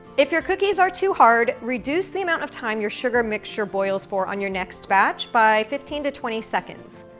if your cookies are too hard, reduce the amount of time your sugar mixture boils for on your next batch by fifteen to twenty seconds.